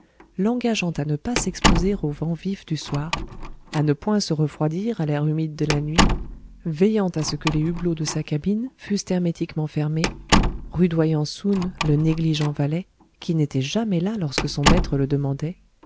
l'engageant à ne pas s'exposer au vent vif du soir à ne point se refroidir à l'air humide de la nuit veillant à ce que les hublots de sa cabine fussent hermétiquement fermés rudoyant soun le négligent valet qui n'était jamais là lorsque son maître le demandait